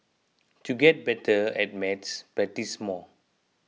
to get better at maths practise more